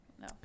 no